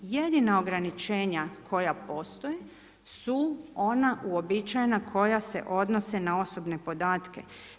Jedina ograničenja koja postoje su ona uobičajena koja se odnose na osobne podatke.